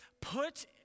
put